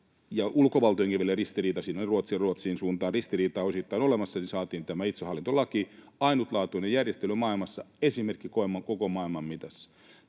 ja ulkovaltojenkin ristiriita Ruotsin suuntaan ratkaistua. Ristiriita oli osittain olemassa. Eli saatiin tämä itsehallintolaki, ainutlaatuinen järjestely maailmassa, esimerkki koko maailman mitassa.